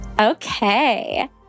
Okay